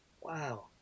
Wow